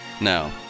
No